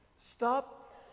Stop